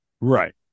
Right